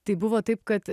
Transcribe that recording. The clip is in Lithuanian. tai buvo taip kad